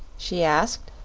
she asked,